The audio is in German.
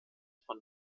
von